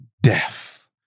Death